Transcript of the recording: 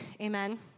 Amen